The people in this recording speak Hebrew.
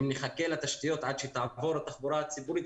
אם נחכה לתשתיות עד שתעבור התחבורה הציבורית,